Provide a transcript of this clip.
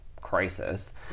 crisis